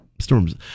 Storms